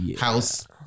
house